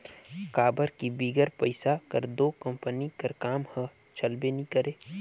काबर कि बिगर पइसा कर दो कंपनी कर काम हर चलबे नी करे